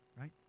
Right